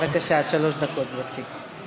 בבקשה, עד שלוש דקות, גברתי.